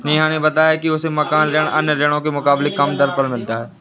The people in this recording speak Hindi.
नेहा ने बताया कि उसे मकान ऋण अन्य ऋणों के मुकाबले कम दर पर मिला था